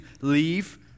leave